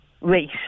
rate